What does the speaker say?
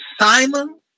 Simon